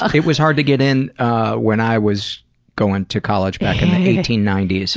ah it was hard to get in when i was going to college back in the eighteen ninety s, so.